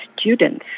students